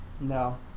No